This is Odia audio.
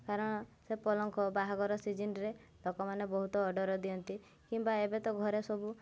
କାରଣ ସେ ପଲଙ୍କ ବାହାଘର ସିଜିନ୍ରେ ଲୋକମାନେ ବହୁତ ଅର୍ଡ଼ର ଦିଅନ୍ତି କିମ୍ବା ଏବେ ତ ଘରେ ସବୁ